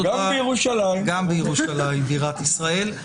גם בירושלים בירת ישראל.